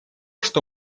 что